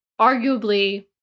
arguably